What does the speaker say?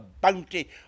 bounty